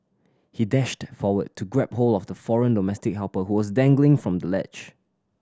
he dashed forward to grab hold of the foreign domestic helper who was dangling from the ledge